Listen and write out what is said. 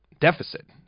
deficit